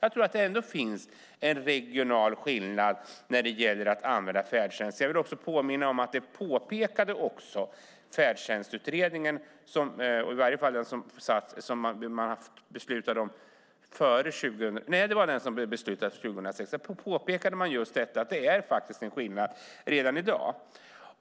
Det finns ändå en regional skillnad när det gäller att använda färdtjänst. Jag vill också påminna om att det påpekade Färdtjänstutredningen som beslutades 2006. Det är faktiskt en skillnad redan i dag.